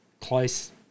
close